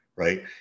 Right